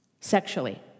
sexually